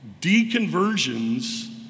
Deconversions